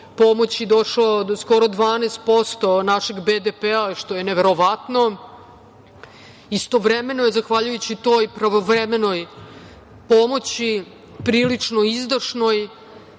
pomoći došao do skoro 12% našeg BDP-a, što je neverovatno. Istovremeno je, zahvaljujući toj pravovremenoj pomoći prilično izdašnoj